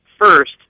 First